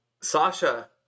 Sasha